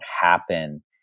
happen